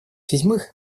седьмых